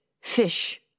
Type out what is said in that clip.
fish